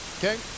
okay